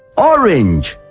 orange,